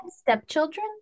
stepchildren